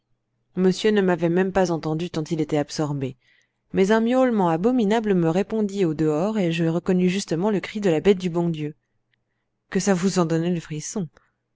monsieur ne m'avait même pas entendu tant il était absorbé mais un miaulement abominable me répondit au dehors et je reconnus justement le cri de la bête du bon dieu que ça vous en donnait le frisson